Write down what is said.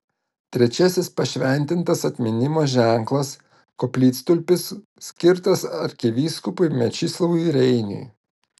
trečiasis pašventintas atminimo ženklas koplytstulpis skirtas arkivyskupui mečislovui reiniui